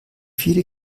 viele